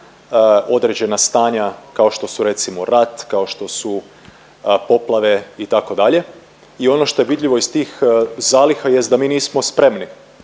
određena stanja kao što su recimo rat, kao što su poplave itd. i ono što je vidljivo iz tih zaliha jest da mi nismo spremni,